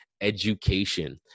education